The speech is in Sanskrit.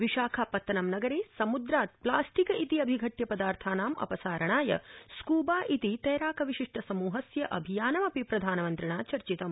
विशाखापत्तनम नगरे समुद्रात् प्लास्टिक इति अभिघट्य पदार्थानां अपसारणाय स्क्बा इति तैराक विशिष्ट सम्हस्य अभियानमपि प्रधानमन्त्रिणां चर्चितम्